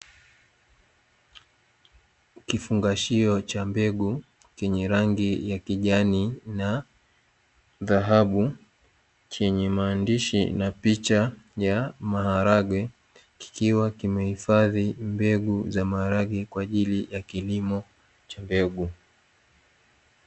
Kifungashio cha mbegu chenye rangi ya kijani na dhahabu, chenye maandishi na picha ya maharage, kikiwa kimehifadhi mbegu za maharage kwa ajili ya kilimo cha mbegu.